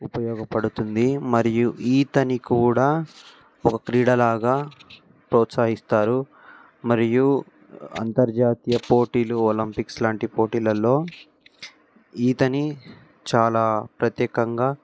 ఉపయోగపడుతుంది మరియు ఈతని కూడ ఒక క్రీడలాగా ప్రోత్సాహిస్తారు మరియు అంతర్జాతీయ పోటీలు ఒలంపిక్స్ లాంటి పోటీలలో ఈతని చాలా ప్రత్యేకంగా